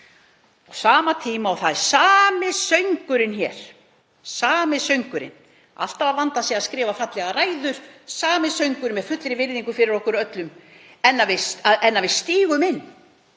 Á sama tíma er alltaf sami söngurinn hér, alltaf að vanda sig að skrifa fallegar ræður, sami söngurinn, með fullri virðingu fyrir okkur öllum. En að við stígum inn